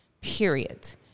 period